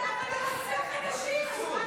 אבל הוא רוצח אנשים.